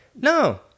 no